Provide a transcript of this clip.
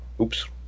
oops